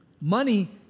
money